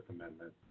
Amendment